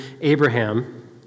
Abraham